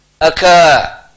occur